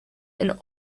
and